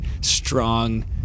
strong